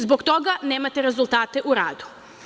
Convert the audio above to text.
Zbog toga nemate rezultate u radu.